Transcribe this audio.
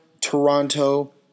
Toronto